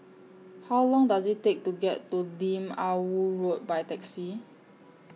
How Long Does IT Take to get to Lim Ah Woo Road By Taxi